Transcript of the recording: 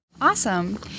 Awesome